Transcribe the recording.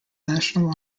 national